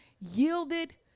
yielded